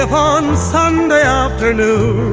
um ah sunday yeah afternoon,